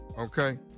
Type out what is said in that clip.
Okay